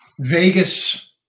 Vegas